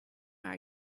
are